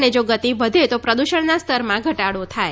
અને જો ગતિ વધે તો પ્રદૂષણના સ્તરમાં ઘટાડો થાય